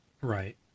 Right